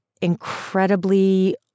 incredibly